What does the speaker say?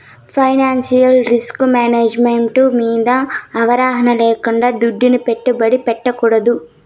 financial risk management మింద అవగాహన లేకుండా దుడ్డుని పెట్టుబడి పెట్టకూడదు